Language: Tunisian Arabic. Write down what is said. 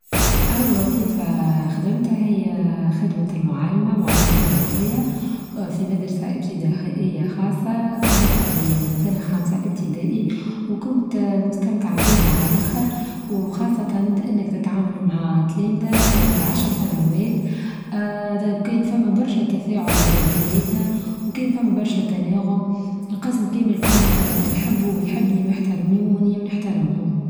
أول وظيفة خدمتها هي خدمة المعلمة معلمة فرنسية في مدرسة ابتدائية خاصة كنت بقري سنة خامسة ابتدائي وكنت مستمتعة بيها على عاللخر وخاصة أنك تتعامل مع تلامذة في عمر عشر سنوات دا كين فما برشا تفاعل بنايتنا وكين فما برشا تناغم القسم كامل كنت آآ نحبو ويحبني ويحترموني ونحترمهم.